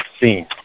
seen